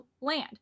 land